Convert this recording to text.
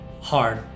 hard